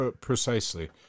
precisely